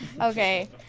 Okay